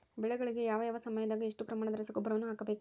ಬೆಳೆಗಳಿಗೆ ಯಾವ ಯಾವ ಸಮಯದಾಗ ಎಷ್ಟು ಪ್ರಮಾಣದ ರಸಗೊಬ್ಬರವನ್ನು ಹಾಕಬೇಕು?